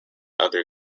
other